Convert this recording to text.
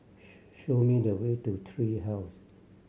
show me the way to Tree House